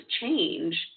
change